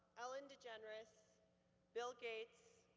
ellen degeneres, bill gates.